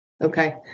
Okay